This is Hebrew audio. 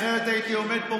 אחרת הייתי עומד פה,